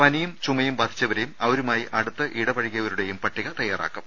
പനിയും ചുമയും ബാധിച്ചവരേയും അവരുമായി അടുത്ത് ഇടപഴകിയവരുടേയും പട്ടിക തയാറാക്കും